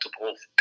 multiple